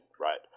right